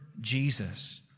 Jesus